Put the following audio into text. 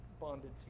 bonded